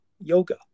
Yoga